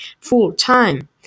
full-time